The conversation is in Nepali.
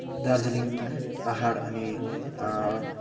दार्जिलिङ पाहाड अनि